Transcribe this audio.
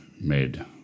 made